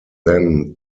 then